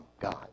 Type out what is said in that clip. God